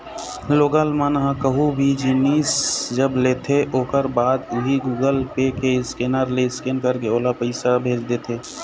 लोगन मन ह कुछु भी जिनिस जब लेथे ओखर बाद उही गुगल पे के स्केनर ले स्केन करके ओला पइसा भेज देथे